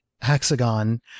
hexagon